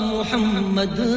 Muhammad